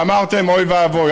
ואמרתם אוי ואבוי?